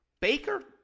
Baker